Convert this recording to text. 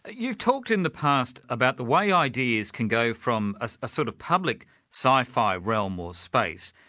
ah you talked in the past about the way ideas can go from a sort of public sci-fi realm or space,